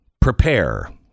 Prepare